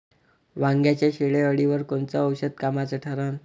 वांग्याच्या शेंडेअळीवर कोनचं औषध कामाचं ठरन?